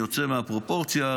שיוצא מהפרופורציה,